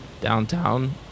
downtown